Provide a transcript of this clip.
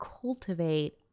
cultivate